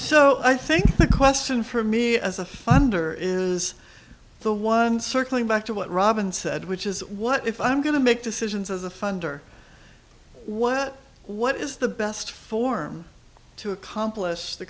so i think the question for me as a wonder is the one circling back to what robin said which is what if i'm going to make decisions as a funder what what is the best form to accomplish the